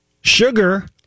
Sugar